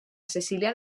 cecília